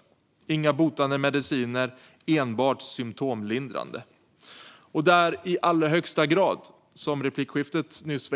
Det finns inga botande mediciner, enbart symtomlindrande. Och det är i allra högsta grad, som nämndes i replikskiftet nyss,